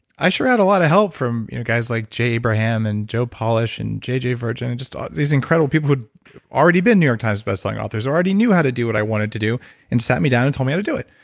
i sure had a lot of help from you know guys like jay abraham, and joe polish, and jj virgin, just all these incredible people who had already been new york times best-selling authors, already knew how to do what i wanted to do and sat me down and told me how to do it.